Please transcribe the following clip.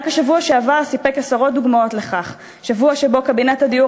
רק השבוע שעבר סיפק עשרות דוגמאות לכך: שבוע שבו קבינט הדיור